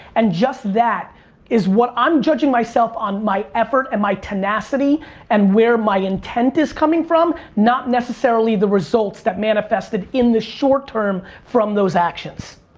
and just that is what i'm judging myself on my effort and my tenacity and where my intent is coming from, not necessarily the results that manifested in the short term from those actions.